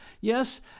Yes